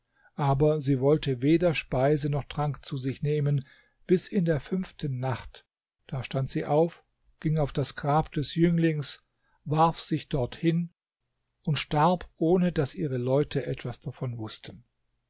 aber sie wollte weder speise noch trank zu sich nehmen bis in der fünften nacht da stand sie auf ging auf das grab des jünglings warf sich dort hin und starb ohne daß ihre leute etwas davon wußten